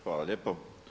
Hvala lijepo.